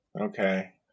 okay